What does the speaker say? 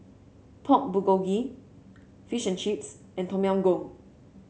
Pork Bulgogi Fish and Chips and Tom Yam Goong